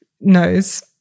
knows